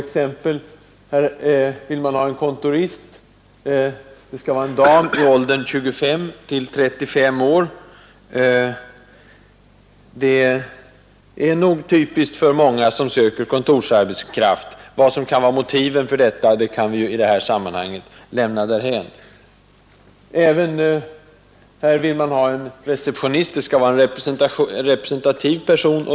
Här söker man en kontorist. Det skall vara en dam i åldern 25—35 år. Det är nog typiskt för många som söker kontorsarbetskraft. Vad som kan vara motivet kan vi i detta sammanhang lämna därhän. Här vill man ha en receptionist. Det skall vara en representativ person.